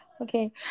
okay